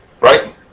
Right